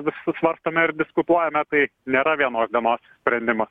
visus svarstome ir diskutuojame tai nėra vienos dienos sprendimas